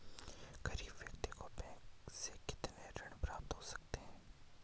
गरीब व्यक्ति को बैंक से कितना ऋण प्राप्त हो सकता है?